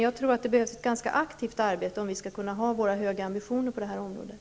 Jag tror att det behövs ganska mycket aktivt arbete, om vi skall kunna ha kvar våra höga krav på det här området.